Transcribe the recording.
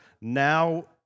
now